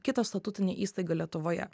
kitą statutinę įstaigą lietuvoje